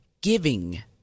giving